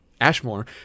Ashmore